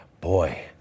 Boy